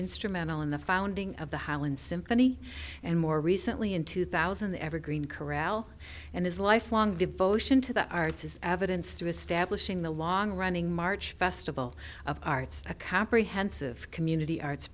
instrumental in the founding of the highland symphony and more recently in two thousand the evergreen corral and his lifelong devotion to the arts is evidence to establishing the long running march festival of arts a comprehensive community arts